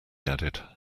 added